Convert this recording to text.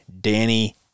Danny